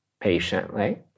Patiently